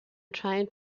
trying